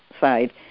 side